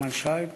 נחמן שי.